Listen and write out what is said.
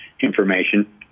information